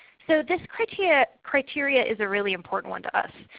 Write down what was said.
so this criteria criteria is a really important one to us.